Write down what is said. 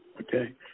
okay